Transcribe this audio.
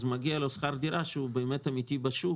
אז מגיע לו שכר דירה שהוא באמת אמיתי בשוק